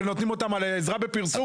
נותנים אותם על עזרה בפרסום?